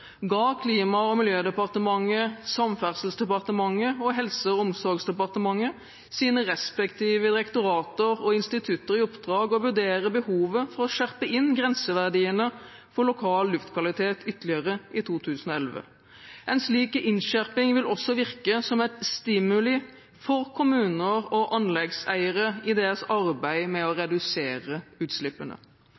ga Klima- og miljødepartementet, Samferdselsdepartementet og Helse- og omsorgsdepartementet sine respektive direktorater og institutter i oppdrag å vurdere behovet for å skjerpe inn grenseverdiene for lokal luftkvalitet ytterligere i 2011. En slik innskjerping vil også virke som en stimulans for kommuner og anleggseiere i deres arbeid med å redusere utslippene.